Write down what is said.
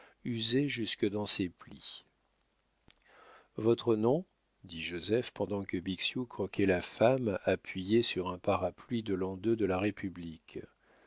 usé jusque dans ses plis votre nom dit joseph pendant que bixiou croquait la femme appuyée sur un parapluie de l'an ii de la république